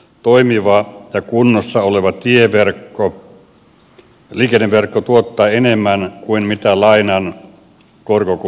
toimiva ja kunnossa oleva liikenneverkko tuottaa enemmän kuin mitä lainan korkokulut ovat